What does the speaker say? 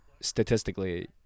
statistically